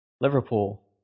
Liverpool